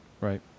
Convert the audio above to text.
right